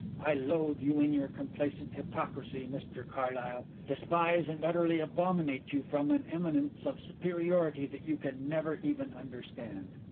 i loathe you in your complacent hypocrisy, mr carlyle, despise and utterly abominate you from an eminence of superiority that you can never even understand.